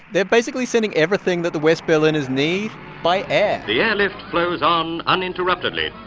they're basically sending everything that the west berliners need by air the airlift flows on uninterruptedly,